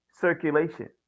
circulation